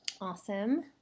awesome